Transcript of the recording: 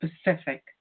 specific